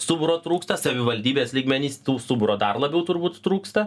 stuburo trūksta savivaldybės lygmeny tų stuburo dar labiau turbūt trūksta